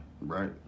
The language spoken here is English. right